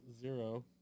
zero